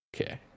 okay